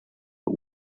but